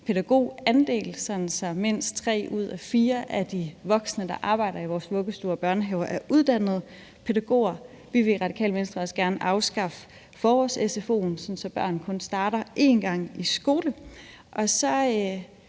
betyder, at mindst tre ud af fire af de voksne, der arbejder i vores vuggestuer og børnehaver, er uddannede pædagoger. Vi vil i Radikale Venstre også gerne afskaffe forårs-SFO'en, så børn kun starter én gang i skole.